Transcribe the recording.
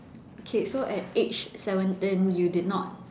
okay so at age seventeen you did not